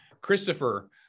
Christopher